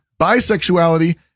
bisexuality